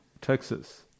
Texas